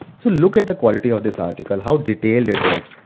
so look at the quality of this article, how detailed it is.